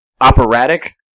operatic